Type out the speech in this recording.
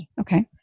Okay